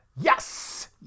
yes